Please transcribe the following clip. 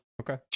Okay